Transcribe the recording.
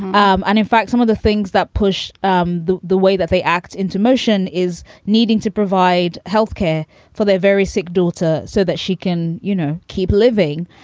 um and in fact, some of the things that push um the the way that they act into motion is needing to provide health care for their very sick daughter so that she can, you know, keep living.